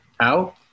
Out